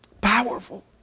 Powerful